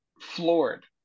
floored